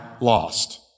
lost